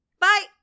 Bye